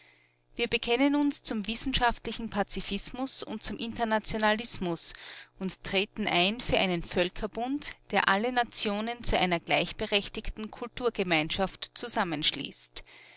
wir bekennen uns zum wissenschaftlichen pazifismus und zum internationalismus und treten ein für einen völkerbund der alle nationen zu einer gleichberechtigten kulturgemeinschaft zusammenschließt